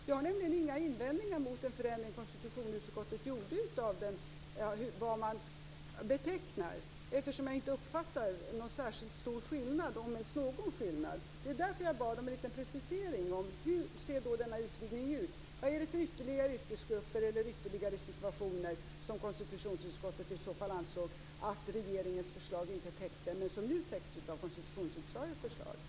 Jag har inga invändningar mot den förändring konstitutionsutskottet gjorde eftersom jag inte uppfattar någon särskilt stor skillnad, om ens någon. Det är därför jag bad om en liten precisering. Hur ser denna utvidgning ut? Vilka ytterligare yrkesgrupper eller situationer som man ansåg att regeringens förslag inte täckte täcks nu i konstitutionsutskottets förslag?